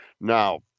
Now